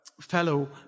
fellow